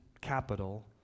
capital